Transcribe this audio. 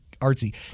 artsy